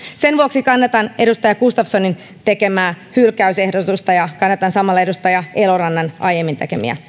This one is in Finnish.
sen vuoksi kannatan edustaja gustafssonin tekemää hylkäysehdotusta ja kannatan samalla edustaja elorannan aiemmin tekemiä